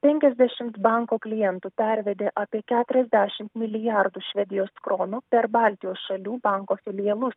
penkiasdešimt banko klientų pervedė apie keturiasdešim milijardų švedijos kronų per baltijos šalių banko filialus